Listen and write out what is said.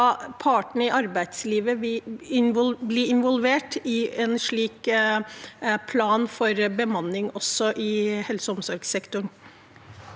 vil partene i arbeidslivet da bli involvert i en slik plan for bemanning også i helse- og omsorgssektoren?